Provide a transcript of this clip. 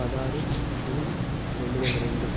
పదహారు జూన్ రెండు వేల రెండు